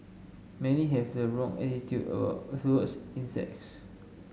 many have the wrong attitude towards insects